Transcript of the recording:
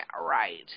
right